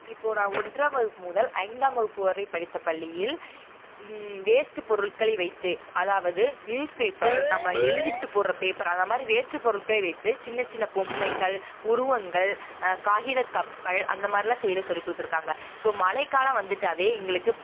இப்போது நான் ஒன்றாம் வகுப்பு முதல் ஐந்தாம் வகுப்பு வரை படித்த பள்ளியில் வேஸ்ட்டு பொருட்களை வைத்து அதாவது நியூஸ் பேப்பர் நம்ம எழுதிப்புட்டு போடுற பேப்பர் அந்த மாதிரி வேஸ்ட்டு பொருட்களை வைத்து சின்னச் சின்ன பொம்மைகள் உருவங்கள் காகித கப்பல் அந்த மாதிரிலாம் செய்ய சொல்லி கொடுத்துருக்காங்க இப்போது மழைக்காலம் வந்துட்டாலே எங்களுக்கு